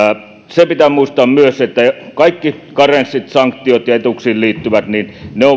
se pitää muistaa myös että kaikki karenssit sanktiot ja etuuksiin liittyvät ovat